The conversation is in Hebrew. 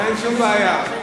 אין שום בעיה.